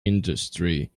industry